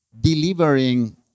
delivering